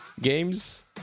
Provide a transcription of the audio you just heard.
games